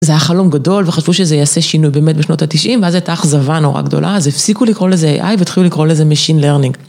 זה היה חלום גדול וחשבו שזה יעשה שינוי באמת בשנות התשעים ואז הייתה אכזבה נורא גדולה אז הפסיקו לקרוא לזה AI ותחילו לקרוא לזה Machine Learning.